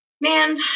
man